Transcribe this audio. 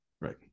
Right